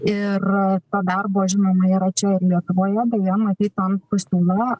ir darbo žinoma yra čia ir lietuvoje deja matyt ten pasiūla